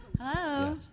Hello